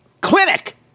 clinic